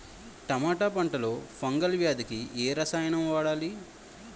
టమాటా పంట లో ఫంగల్ వ్యాధికి ఏ రసాయనం వాడాలి?